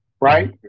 right